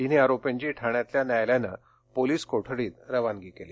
तिन्ही आरोपींची ठाण्यातल्या न्यायालयानं पोलीस कोठडीत रवानगी केली